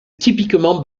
typiquement